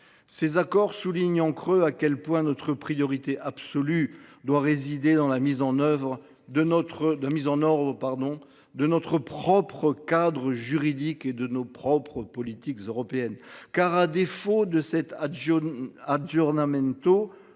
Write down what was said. autant, ils soulignent en creux à quel point notre priorité absolue doit résider dans la mise en ordre de notre propre cadre juridique et de nos politiques européennes. À défaut d’un tel,